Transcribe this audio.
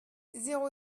zéro